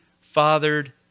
fathered